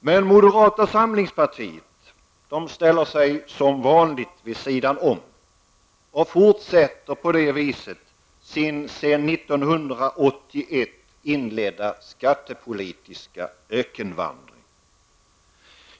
Men moderata samlingspartiet ställer sig, som vanligt, vid sidan om och fortsätter på det viset sin sedan 1981 inledda skattepolitiska ökenvandring.